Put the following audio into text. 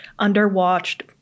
underwatched